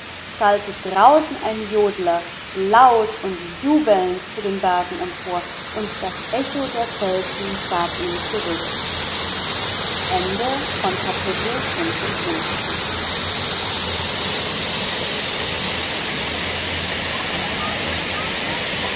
schallte draußen ein jodler laut und jubelnd zu den bergen empor und das echo der felsen gab ihn zurück